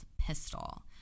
pistol